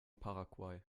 paraguay